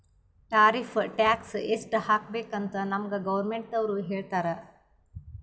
tariff tax ಎಸ್ಟ್ ಹಾಕಬೇಕ್ ಅಂತ್ ನಮ್ಗ್ ಗೌರ್ಮೆಂಟದವ್ರು ಹೇಳ್ತರ್